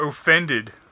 offended